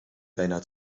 bijna